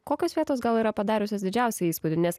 kokios vietos gal yra padariusios didžiausią įspūdį nes